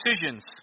decisions